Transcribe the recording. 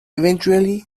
eventually